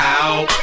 out